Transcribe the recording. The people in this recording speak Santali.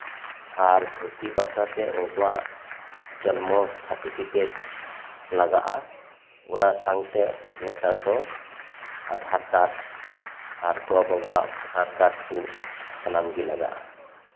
ᱟᱨ ᱵᱷᱚᱨᱛᱤ ᱵᱟᱠᱷᱨᱟᱛᱮ ᱩᱱᱠᱩᱣᱟᱜ ᱡᱚᱱᱢᱚ ᱥᱟᱨᱴᱤᱯᱷᱤᱠᱮᱴ ᱞᱟᱜᱟᱜᱼᱟ ᱚᱱᱟ ᱥᱟᱶᱛᱮ ᱱᱮᱛᱟᱨ ᱫᱚ ᱟᱫᱷᱟᱨ ᱠᱟᱨᱰ ᱟᱨ ᱜᱚᱼᱵᱟᱵᱟᱣᱟᱜ ᱵᱷᱳᱴᱟᱨ ᱠᱟᱨᱰ ᱠᱚ ᱥᱟᱱᱟᱢ ᱜᱮ ᱞᱟᱜᱟᱜᱼᱟ